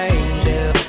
angel